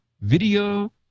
video